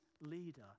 leader